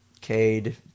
Cade